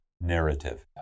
narrative